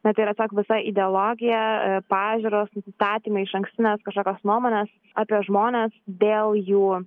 na tai yra tiesiog visa ideologija pažiūros nusistatymai išankstinės kažkokios nuomonės apie žmones dėl jų